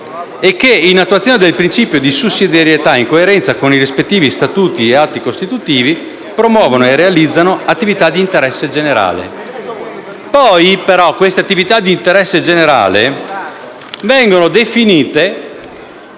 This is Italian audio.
e che, in attuazione del principio di sussidiarietà e in coerenza con i rispettivi statuti o atti costitutivi, promuovono e realizzano attività di interesse generale (...)». Poi, però, queste attività di interesse generale vengono definite